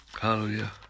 Hallelujah